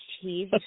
cheese